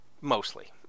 mostly